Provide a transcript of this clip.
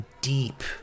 deep